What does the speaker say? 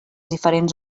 diferents